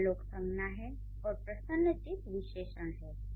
यहाँ 'लोग' संज्ञा है और 'प्रसन्नचित्त' विशेषण है